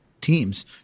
teams